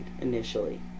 initially